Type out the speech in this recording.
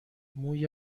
موی